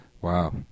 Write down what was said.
Wow